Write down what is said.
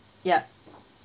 yup